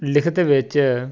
ਲਿਖਤ ਵਿੱਚ